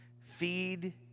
Feed